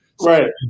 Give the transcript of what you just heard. Right